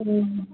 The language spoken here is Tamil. ம்